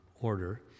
order